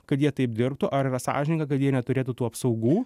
kad jie taip dirbtų ar sąžininga kad jie neturėtų tų apsaugų